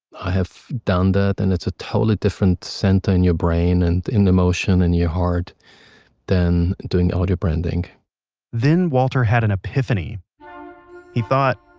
i have done that, and it's a totally different center in your brain, and in the emotion, in your heart than doing audio branding then walter had an epiphany he thought,